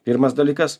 pirmas dalykas